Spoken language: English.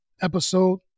episode